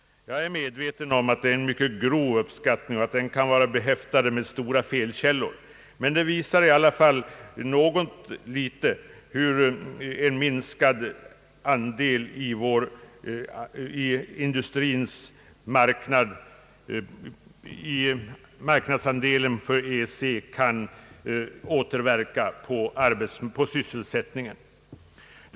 Jag är medveten om att det är en mycket grov uppskattning som kan vara behäftad med stora felmarginaler, men den visar i alla fall något hur en minskad marknadsandel för vår export till EEC kan återverka på sysselsättningen i Sverige.